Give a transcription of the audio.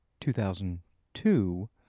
2002